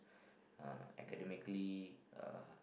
uh academicallay uh